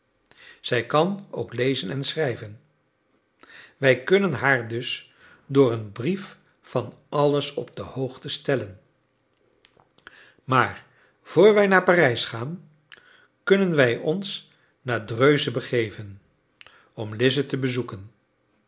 zij kan ook lezen en schrijven wij kunnen haar dus door een brief van alles op de hoogte stellen maar vr wij naar parijs gaan kunnen wij ons naar dreuze begeven om lize te bezoeken